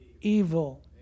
evil